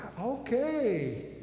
okay